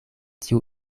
tiu